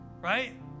right